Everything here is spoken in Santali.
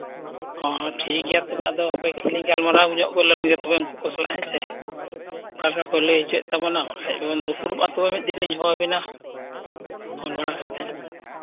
ᱦᱮᱸ ᱟᱫᱚ ᱴᱷᱤᱠ ᱜᱮᱭᱟ ᱛᱚᱵᱮ ᱟᱫᱚ ᱦᱟᱯᱮ ᱞᱤᱧ ᱜᱟᱞᱢᱟᱨᱟᱣ ᱧᱚᱜ ᱞᱮᱱᱜᱮ ᱩᱱᱠᱩ ᱠᱚ ᱥᱟᱞᱟᱜ ᱦᱮᱸ ᱥᱮ ᱚᱠᱟ ᱞᱮᱠᱟ ᱠᱚ ᱞᱟᱹᱭ ᱦᱚᱪᱚᱭᱮᱫ ᱛᱟᱵᱚᱱᱟ ᱵᱟᱠᱷᱟᱱ ᱫᱩᱯᱲᱩᱵᱼᱟ ᱢᱤᱫ ᱫᱤᱱ ᱞᱤᱧ ᱦᱚᱦᱚ ᱟᱹᱵᱤᱱᱟ ᱯᱷᱳᱱ ᱵᱟᱲᱟ ᱠᱟᱛᱮᱫ